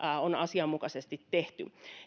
on asianmukaisesti tehty